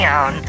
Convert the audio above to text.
on